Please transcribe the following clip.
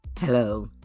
Hello